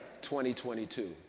2022